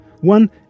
one